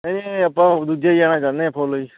ਇਹ ਆਪਾਂ ਦੂਜੇ ਜਾਣਾ ਚਾਹੁੰਦੇ ਹਾਂ ਫੁੱਲ ਜੀ